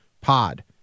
Pod